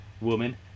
Woman